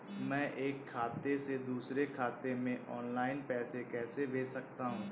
मैं एक खाते से दूसरे खाते में ऑनलाइन पैसे कैसे भेज सकता हूँ?